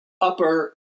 upper